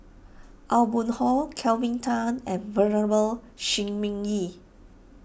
Aw Boon Haw Kelvin Tan and Venerable Shi Ming Yi